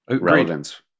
relevance